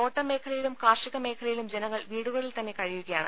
തോട്ടം മേഖലയിലും കാർഷിക് മേഖലയിലും ജനങ്ങൾ വീടുകളിൽ തന്നെ കഴിയുകയാണ്